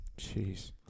Jeez